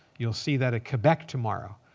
you'll see that at quebec tomorrow.